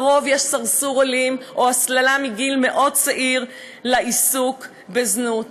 לרוב יש סרסור אלים או הסללה מגיל מאוד צעיר לעיסוק בזנות.